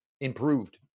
improved